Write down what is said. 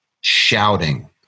shouting